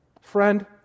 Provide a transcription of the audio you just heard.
Friend